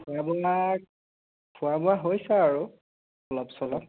এইবিলাক খোৱা বোৱা হৈছে আৰু অলপ চলপ